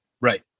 Right